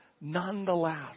Nonetheless